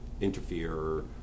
interfere